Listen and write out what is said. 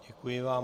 Děkuji vám.